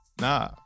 Nah